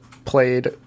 played